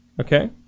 Okay